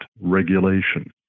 regulation